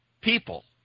people